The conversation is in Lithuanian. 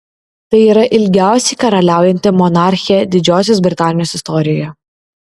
tai yra ilgiausiai karaliaujanti monarchė didžiosios britanijos istorijoje